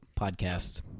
podcast